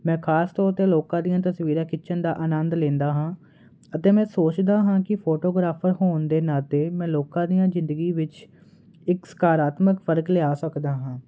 ਮੈਂ ਖ਼ਾਸ ਤੌਰ 'ਤੇ ਲੋਕਾਂ ਦੀਆਂ ਤਸਵੀਰਾਂ ਖਿੱਚਣ ਦਾ ਆਨੰਦ ਲੈਂਦਾ ਹਾਂ ਅਤੇ ਮੈਂ ਸੋਚਦਾ ਹਾਂ ਕਿ ਫੋਟੋਗ੍ਰਾਫਰ ਹੋਣ ਦੇ ਨਾਤੇ ਮੈਂ ਲੋਕਾਂ ਦੀਆਂ ਜ਼ਿੰਦਗੀ ਵਿੱਚ ਇੱਕ ਸਕਾਰਾਤਮਕ ਫ਼ਰਕ ਲਿਆ ਸਕਦਾ ਹਾਂ